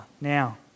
now